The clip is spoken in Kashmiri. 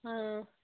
اۭں